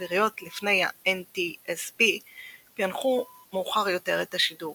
אוויריות לפני ה-NTSB פיענכו מאוחר יותר את השידור